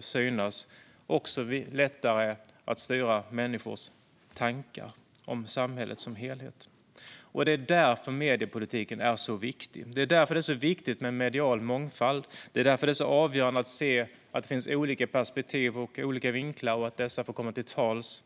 synas, och det är lättare att styra människors tankar om samhället som helhet. Det är därför mediepolitiken är så viktig. Det är därför det är viktigt med medial mångfald. Det är därför det är avgörande att se att det finns olika perspektiv och olika vinklar och att dessa får komma till tals.